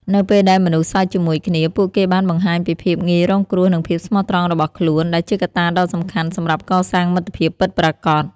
នៅពេលដែលមនុស្សសើចជាមួយគ្នា ពួកគេបានបង្ហាញពីភាពងាយរងគ្រោះនិងភាពស្មោះត្រង់របស់ខ្លួន ដែលជាកត្តាដ៏សំខាន់សម្រាប់កសាងមិត្តភាពពិតប្រាកដ។